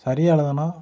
சரியாக எழுதணும்